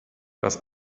das